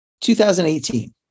2018